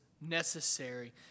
necessary